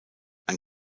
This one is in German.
ein